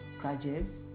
grudges